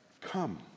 come